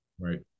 right